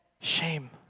shame